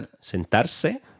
Sentarse